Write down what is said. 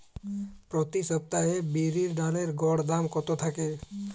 প্রতি সপ্তাহে বিরির ডালের গড় দাম কত থাকে?